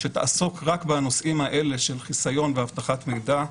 שתעסוק רק בנושאים האלה של חיסיון ואבטחת מידע.